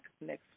next